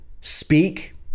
speak